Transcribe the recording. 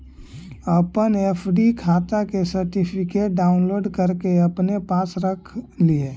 अपन एफ.डी खाता के सर्टिफिकेट डाउनलोड करके अपने पास रख लिहें